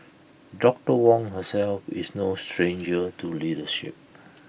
doctor Wong herself is no stranger to leadership